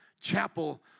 chapel